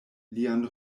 lian